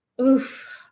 Oof